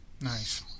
nice